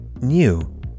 new